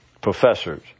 professors